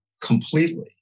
completely